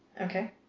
Okay